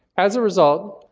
as a result,